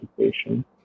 education